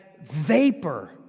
vapor